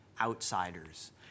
outsiders